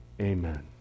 Amen